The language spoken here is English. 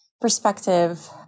perspective